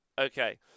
Okay